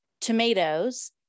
tomatoes